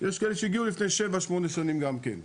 יש כאלה שהגיעו לפני 7-8 שנים גם כן,